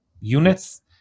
units